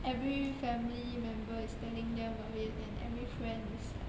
every family member is telling them about it and every friend is like